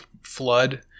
flood